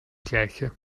gleiche